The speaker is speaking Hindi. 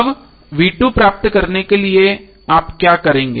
अब प्राप्त करने के लिए आप क्या करेंगे